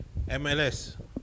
MLS